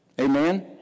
Amen